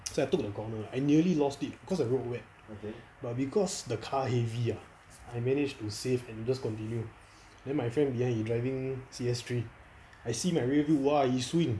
so I took the corner I nearly lost it cause the road wet but because the car heavy ah I manage to save and just continue then my friend behind he driving C_S three I see my rear view !wah! he swing